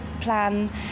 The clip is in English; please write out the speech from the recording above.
plan